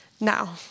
Now